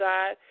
God